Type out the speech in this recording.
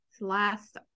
last